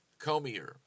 Comier